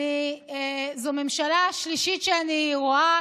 זו הממשלה השלישית שאני רואה,